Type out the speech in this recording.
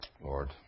Lord